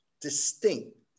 distinct